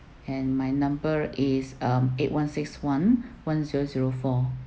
and my number is um eight one six one one zero zero four